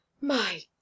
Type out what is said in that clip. My